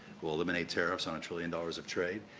will eliminate tariffs on a trillion dollars of trade.